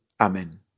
Amen